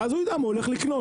ואז הוא ידע מה הולך לקנות.